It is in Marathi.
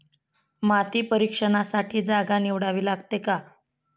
माती परीक्षणासाठी जागा निवडावी लागते का?